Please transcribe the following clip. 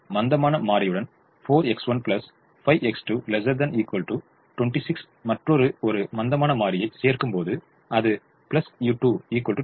மந்தமான மாறியுடன் 4X1 5X2 ≤ 26 மற்றொரு ஒரு மந்தமான மாறியைச் சேர்க்கும்போது அது u3 26